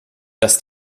dass